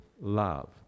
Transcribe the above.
love